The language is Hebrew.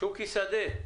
שוקי שדה,